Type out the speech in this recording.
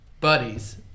buddies